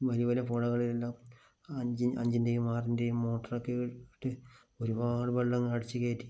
വലിയ വലിയ പുഴകളിലെല്ലാം അഞ്ച് അഞ്ചിൻ്റെയും ആറിൻ്റെയും മോട്ടോറൊക്കെയിട്ട് ഒരുപാട് വെള്ളം ഇങ്ങനെ അടിച്ചു കയറ്റി